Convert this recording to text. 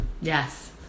yes